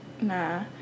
Nah